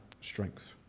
strength